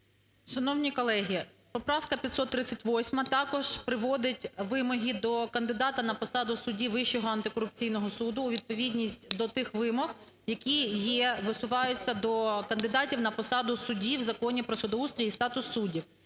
Шановні колеги! Поправка 538 також приводить вимоги до кандидата на посаду судді Вищого антикорупційного суду у відповідність до тих вимог, які є, висуваються до кандидатів на посаду суді в Законі про судоустрій і статус суддів",